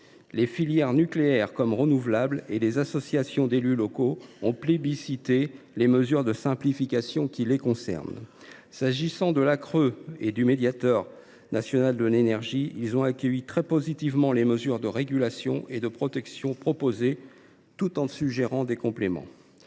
Les filières nucléaire et renouvelables ainsi que les associations d’élus locaux ont ainsi plébiscité les mesures de simplification qui les concernent. La CRE et le médiateur national de l’énergie, quant à eux, ont accueilli très positivement les mesures de régulation et de protection proposées, tout en suggérant des compléments.